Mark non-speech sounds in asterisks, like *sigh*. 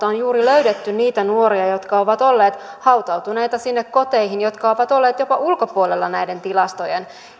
*unintelligible* on juuri löydetty niitä nuoria jotka ovat olleet hautautuneina sinne koteihin ja jotka ovat olleet jopa ulkopuolella näiden tilastojen